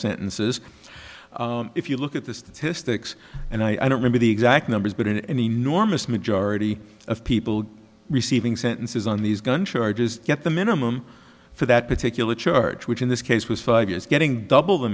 sentences if you look at the statistics and i don't remember the exact numbers but in an enormous majority of people receiving sentences on these gun charges get the minimum for that particular church which in this case was five years getting double the